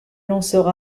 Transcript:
lanceur